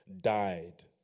died